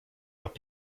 leurs